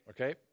Okay